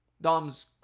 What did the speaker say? Dom's